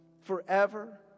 Forever